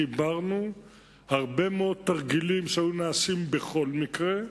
חיברנו הרבה מאוד תרגילים שהיו נעשים בכל מקרה,